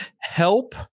help